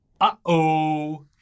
Uh-oh